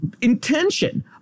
intention